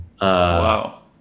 Wow